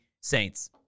Saints